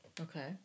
Okay